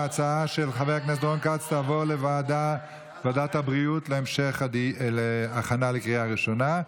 ההצעה של חבר הכנסת רון כץ תעבור לוועדת הבריאות להכנה לקריאה ראשונה.